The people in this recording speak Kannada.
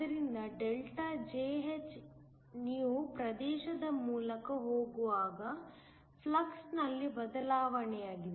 ಆದ್ದರಿಂದ ΔJh ನೀವು ಪ್ರದೇಶದ ಮೂಲಕ ಹೋಗುವಾಗ ಫ್ಲಕ್ಸ್ನಲ್ಲಿ ಬದಲಾವಣೆಯಾಗಿದೆ